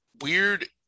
weird